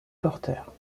porteurs